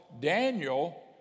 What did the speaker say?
Daniel